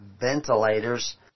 ventilators